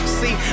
see